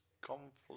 conflict